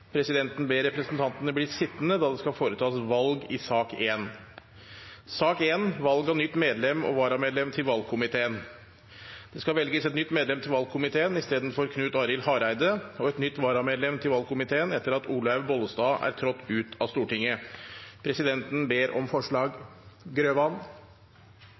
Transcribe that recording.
Presidenten ber representantene bli sittende da det skal foretas valg i sak nr. 1. Det skal velges et nytt medlem til valgkomiteen istedenfor Knut Arild Hareide og et nytt varamedlem til valgkomiteen etter at Olaug V. Bollestad er trådt ut av Stortinget. Presidenten ber om forslag.